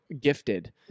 gifted